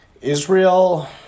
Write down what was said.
Israel